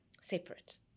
separate